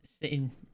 sitting